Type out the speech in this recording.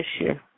issue